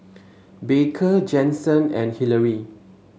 Baker Jensen and Hillary